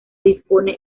dispone